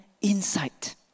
insight